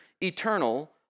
eternal